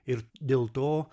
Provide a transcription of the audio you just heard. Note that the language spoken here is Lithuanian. ir dėl to